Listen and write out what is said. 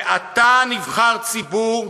ואתה נבחר ציבור,